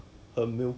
ya